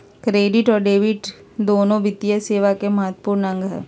credit और debit दोनो वित्तीय सेवा के महत्त्वपूर्ण अंग हय